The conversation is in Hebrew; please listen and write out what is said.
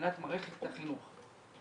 שמבחינת מערכת החינוך,